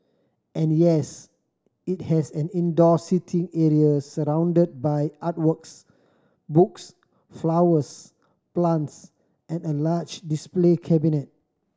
and yes it has an indoor seating area surrounded by art works books flowers plants and a large display cabinet